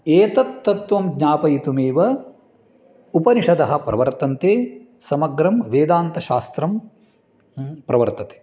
एतत् तत्त्वं ज्ञापयितुमेव उपनिषदः प्रवर्तन्ते समग्रं वेदान्तशास्त्रं म् प्रवर्तते